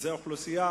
זאת אוכלוסייה